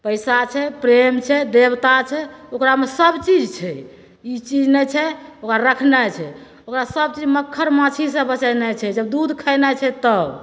पैसा छै प्रेम छै देवता छै ओकरामे सब चीज छै ई चीज नहि छै ओकरा रखनाइ छै ओकरा सब चीज मच्छर माँछी सऽ बचेनाइ छै जब दूध खैनाइ छै तब